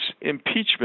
impeachment